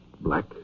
Black